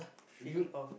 you